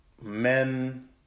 men